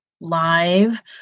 live